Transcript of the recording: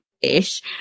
ish